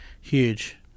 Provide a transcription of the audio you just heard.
Huge